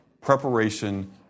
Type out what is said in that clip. preparation